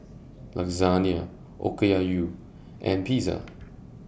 Lasagne Okayu and Pizza